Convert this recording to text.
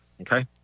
Okay